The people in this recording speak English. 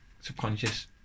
subconscious